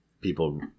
people